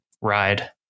ride